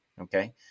Okay